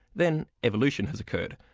then evolution has occurred.